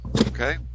Okay